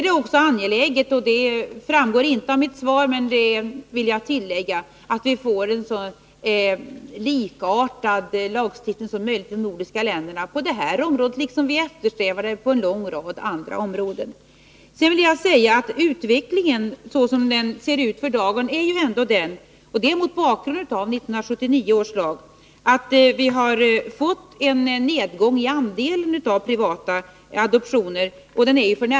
Det är angeläget — det framgår inte av mitt svar, men det vill jag tillägga — att vi i de nordiska länderna får en så likartad lagstiftning som möjligt på det här området, liksom på en lång rad andra områden. Utvecklingen till i dag har — mot bakgrund av 1979 års lag — varit den att vi har fått en nedgång i andelen privata adoptioner. Den är f. n.